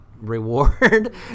reward